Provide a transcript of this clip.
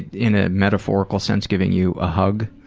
in a metaphorical sense, giving you a hug?